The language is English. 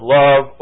love